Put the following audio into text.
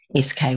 SK